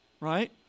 right